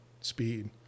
speed